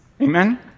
Amen